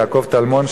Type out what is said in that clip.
יעקב טלמון,